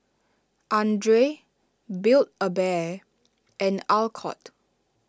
andre Build A Bear and Alcott